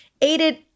aided